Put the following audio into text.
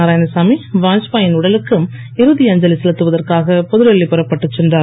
நாராயணசாமி வாத்பாய் யின் உடலுக்கு இறுதி அஞ்சலி செலுத்துவதற்காக புதுடெல்லி புறப்பட்டு சென்றார்